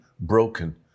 broken